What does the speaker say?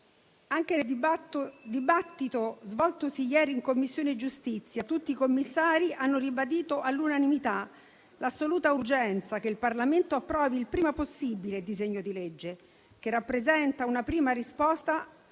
Anche nel dibattito svoltosi ieri in Commissione giustizia, tutti i Commissari hanno ribadito all'unanimità l'assoluta urgenza che il Parlamento approvi il prima possibile il disegno di legge, che rappresenta una prima risposta